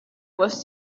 was